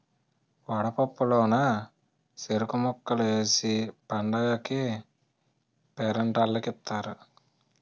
వడపప్పు లోన సెరుకు ముక్కలు ఏసి పండగకీ పేరంటాల్లకి ఇత్తారు